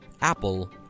Apple